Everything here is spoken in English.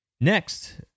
next